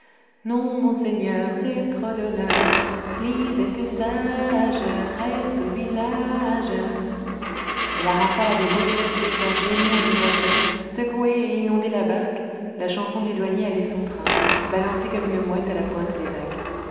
reste au villa age et la rafale avait beau souffler faire gémir les agrès secouer et inonder la barque la chanson du douanier allait son train balancée comme une mouette à la pointe des vagues